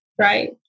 right